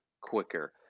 quicker